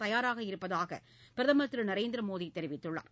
தயாராக இருப்பதாக பிரதமர் திரு நரேந்திர மோடி தெரிவித்துள்ளார்